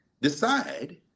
decide